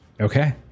Okay